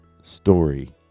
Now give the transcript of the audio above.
story